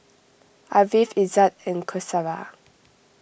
Ariff Izzat and Qaisara